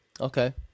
okay